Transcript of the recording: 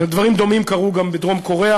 ודברים דומים קרו גם בדרום-קוריאה,